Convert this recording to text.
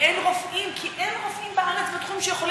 ואין רופאים, כי אין רופאים בארץ בתחום שיכולים.